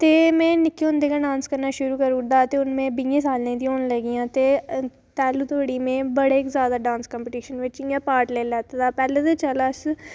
ते में निक्के होंदे गै डांस करना शुरू करी ओड़दा हा ते हून में बीहें सालें दी होन लगी आं ते तैलूं धोड़ी में इं'या बड़े कम्पीटिशन च पार्ट लैते दा पैह्लें ते चलो अस